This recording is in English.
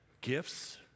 Gifts